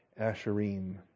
asherim